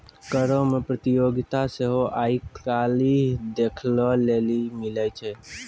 करो मे प्रतियोगिता सेहो आइ काल्हि देखै लेली मिलै छै